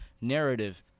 narrative